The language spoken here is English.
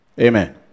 Amen